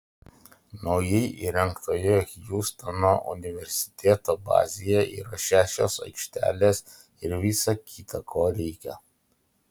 naujai įrengtoje hjustono universiteto bazėje yra šešios aikštelės ir visa kita ko reikia